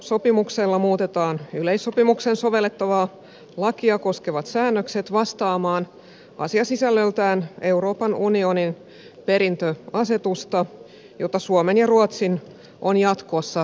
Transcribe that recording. muutossopimuksella muutetaan yleissopimukseen sovellettavaa lakia koskevat säännökset vastaamaan asiasisällöltään euroopan unionin perintöasetusta jota suomen ja ruotsin on jatkossa sovellettava